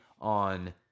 on